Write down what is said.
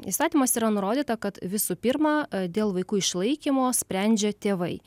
įstatymuose yra nurodyta kad visų pirma dėl vaikų išlaikymo sprendžia tėvai